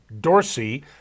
Dorsey